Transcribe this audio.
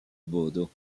bodo